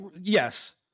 Yes